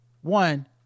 one